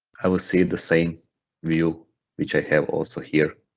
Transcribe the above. i will see the same view which i have also here